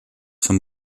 vom